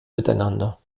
miteinander